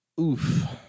Oof